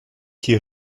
qui